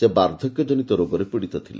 ସେ ବାର୍ବ୍ବକ୍ୟଜନିତ ରୋଗରେ ପୀଡ଼ିତ ଥିଲେ